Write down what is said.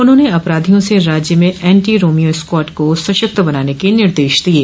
उन्होंन अधिकारियों से राज्य में एन्टीरोमियो स्क्वाड को सशक्त बनाने के निर्देश दिये